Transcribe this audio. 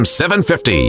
750